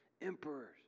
emperors